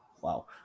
wow